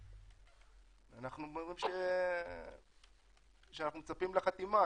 אנחנו אומרים שאנחנו מצפים לחתימה,